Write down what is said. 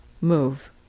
move